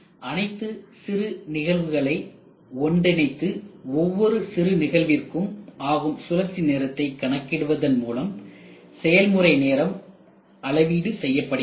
பின் அனைத்து சிறு நிகழ்வுகளை ஒன்றிணைத்து ஒவ்வொரு சிறு நிகழ்விற்கும் ஆகும் சுழற்சி நேரத்தை கணக்கிடுவதன் மூலம் செயல்முறை நேரம் அளவீடு செய்யப்படுகிறது